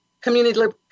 Community